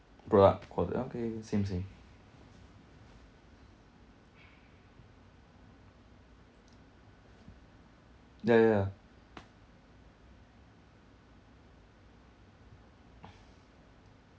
product quality okay same same ya ya ya